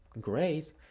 great